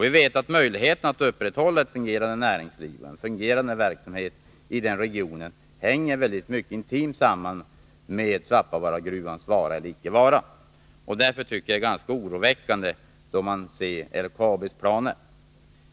Vi vet att möjligheterna att upprätthålla ett fungerande näringsliv och en fungerande verksamhet i den här regionen hänger mycket intimt samman med frågan om Svappavaaragruvans vara eller icke vara. Därför tycker jag att LKAB:s planer är oroväckande.